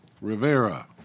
Rivera